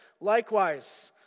likewise